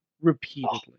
repeatedly